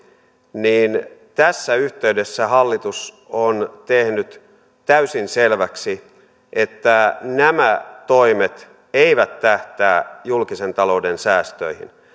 niin tässä yhteydessä hallitus on tehnyt täysin selväksi että nämä toimet eivät tähtää julkisen talouden säästöihin